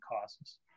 causes